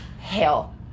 hell